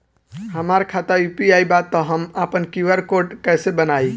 हमार खाता यू.पी.आई बा त हम आपन क्यू.आर कोड कैसे बनाई?